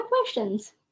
questions